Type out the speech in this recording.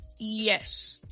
yes